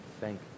thank